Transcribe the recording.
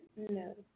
No